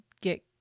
get